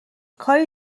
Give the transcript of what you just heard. کاری